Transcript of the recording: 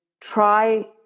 try